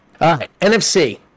NFC